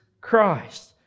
Christ